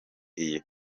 iyi